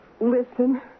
Listen